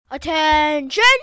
ATTENTION